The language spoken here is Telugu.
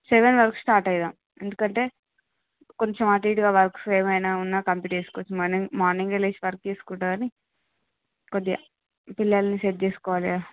సెవెన్ వరకు స్టార్ట్ అవుదాం ఎందుకంటే కొంచెం అటు ఇటుగా వర్క్స్ ఏమైనా ఉన్నా కంప్లీట్ చేసుకుని మార్నింగ్ మార్నింగే లేచి వర్క్స్ చూసుకుంటా కానీ కొద్దిగా పిల్లల్ని సెట్ చేసుకోవాలిగా